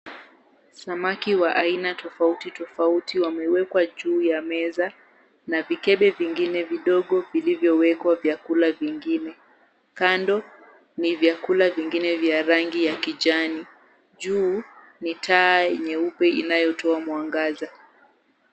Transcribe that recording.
Samaki wa aina tofauti tofauti wamewekwa juu ya meza na vikebe vingine vidogo vilivyowekwa vyakula vingine. Kando ni vyakula vingine vya rangi ya kijani. Juu ni taa nyeupe inayotoa mwangaza.